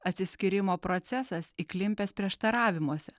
atsiskyrimo procesas įklimpęs prieštaravimuose